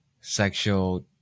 sexual